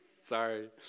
Sorry